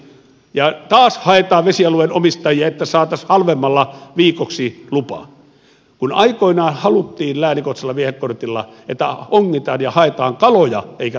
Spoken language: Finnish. ja taas haetaan vesialueen omistajia että saataisiin halvemmalla viikoksi lupa kun aikoinaan haluttiin läänikohtaisella viehekortilla että ongitaan ja haetaan kaloja eikä vesialueen omistajia